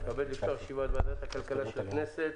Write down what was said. אני מתכבד לפתוח את ישיבת ועדת הכלכלה של הכנסת.